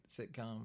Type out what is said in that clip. sitcom